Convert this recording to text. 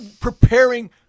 preparing